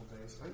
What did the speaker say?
days